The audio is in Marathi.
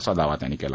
असा दावा त्यांनी केला